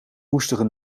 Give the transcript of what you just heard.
roestige